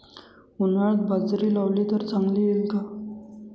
उन्हाळ्यात बाजरी लावली तर चांगली येईल का?